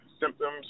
symptoms